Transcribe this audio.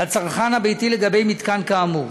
לצרכן הביתי לגבי מתקן כאמור.